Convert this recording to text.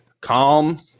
calm